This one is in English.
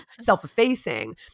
self-effacing